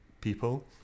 people